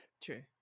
true